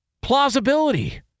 plausibility